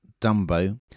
Dumbo